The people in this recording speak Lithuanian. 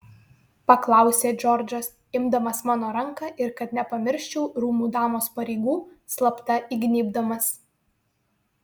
paklausė džordžas imdamas mano ranką ir kad nepamirščiau rūmų damos pareigų slapta įgnybdamas